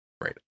great